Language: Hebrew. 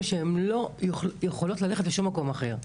שהן לא יכולות ללכת לשום מקום אחר,